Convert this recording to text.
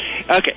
Okay